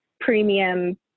premium